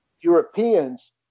europeans